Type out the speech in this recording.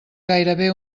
gairebé